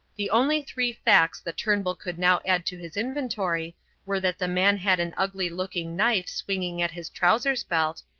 the only three facts that turnbull could now add to his inventory were that the man had an ugly-looking knife swinging at his trousers belt,